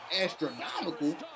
astronomical